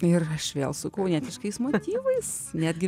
ir aš vėl su kaunietiškais motyvais netgi